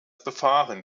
befahren